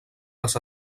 les